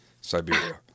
Siberia